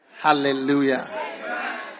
Hallelujah